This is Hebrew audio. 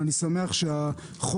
אני שמח שהחוק,